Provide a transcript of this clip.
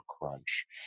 crunch